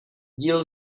díl